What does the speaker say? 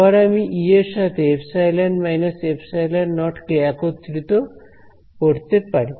আবার আমি E এর সাথে ε − ε0 কে একত্রিত করতে পারি